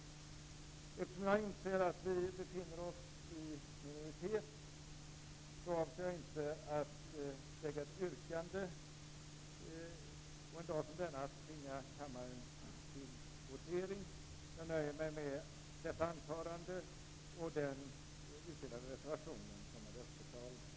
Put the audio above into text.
Eftersom jag inser att vi befinner oss i minoritet, avser jag inte att framställa ett yrkande och en dag som denna tvinga kammaren till votering. Jag nöjer mig med detta anförande och den utdelade reservationen som en röstförklaring.